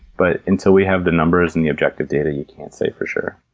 but until we have the numbers and the objective data, you can't say for sure.